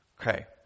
Okay